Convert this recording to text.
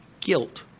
Guilt